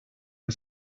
and